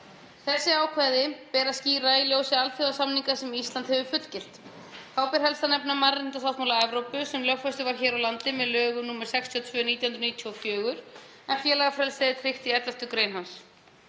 Þessi ákvæði ber að skýra í ljósi alþjóðasamninga sem Ísland hefur fullgilt. Þar ber helst að nefna mannréttindasáttmála Evrópu, sem lögfestur var hér á landi með lögum nr. 62/1994, en félagafrelsið er tryggt í 11. gr. hans.